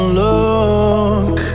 look